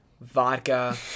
Vodka